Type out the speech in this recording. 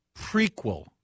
prequel